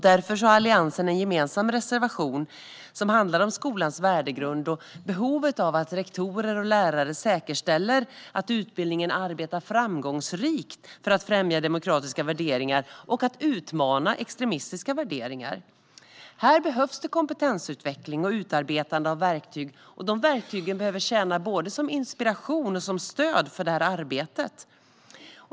Därför har Alliansen en gemensam reservation som handlar om skolans värdegrund och behovet av att rektorer och lärare säkerställer att utbildningen arbetar framgångsrikt för att främja demokratiska värderingar och utmana extremistiska värderingar. Här behövs kompetensutveckling och utarbetande av verktyg som kan tjäna både som inspiration och som stöd i arbetet.